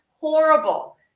horrible